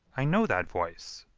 i know that voice.